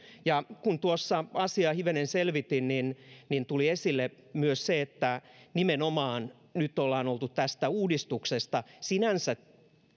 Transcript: kun tuossa asiaa hivenen selvitin niin niin tuli esille myös se että nyt ollaan oltu yksimielisiä nimenomaan tästä uudistuksesta sinänsä